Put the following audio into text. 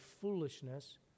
foolishness